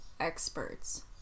experts